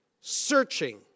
searching